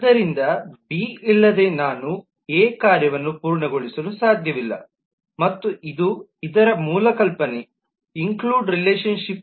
ಆದ್ದರಿಂದ ಬಿ ಇಲ್ಲದೆ ನಾನು ಎ ಕಾರ್ಯವನ್ನು ಪೂರ್ಣಗೊಳಿಸಲು ಸಾಧ್ಯವಿಲ್ಲ ಮತ್ತು ಇದು ಇದರ ಮೂಲ ಕಲ್ಪನೆ ಇನ್ಕ್ಲ್ಯೂಡ್ ರಿಲೇಶನ್ಶಿಪ್